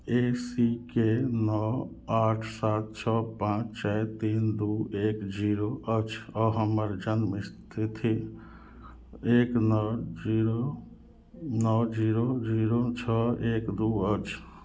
ए C K नओ आठ सात छओ पाँच छओ तीन दुइ एक जीरो अछि आओर हमर जनमतिथि एक नओ जीरो नओ जीरो जीरो छओ एक दुइ अछि